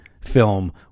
film